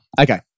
okay